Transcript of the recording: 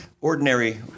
Ordinary